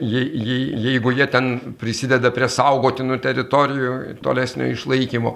jei jei jeigu jie ten prisideda prie saugotinų teritorijų tolesnio išlaikymo